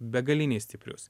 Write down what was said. begaliniai stiprius